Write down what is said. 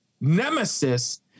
nemesis